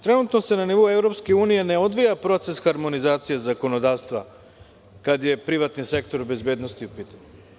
Trenutno se na nivou EU ne odvija proces harmonizacije zakonodavstva, kada je privatni sektor bezbednosti u pitanju.